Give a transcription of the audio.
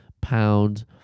pound